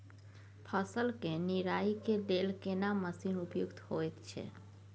फसल के निराई के लेल केना मसीन उपयुक्त होयत छै?